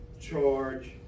charge